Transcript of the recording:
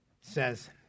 says